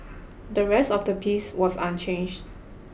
the rest of the piece was unchanged